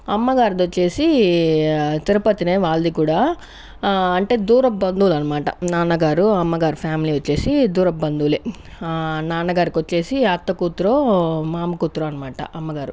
వాళ్ళదికూడా అంటే దూరపు బంధువులన్నమాట నాన్నగారు అమ్మగారు ఫ్యామిలీ వచ్చేసి దూరపు బంధువులే నాన్నగారికొచ్చేసి అత్త కూతురో మామ కూతురో అన్నమాట అమ్మగారు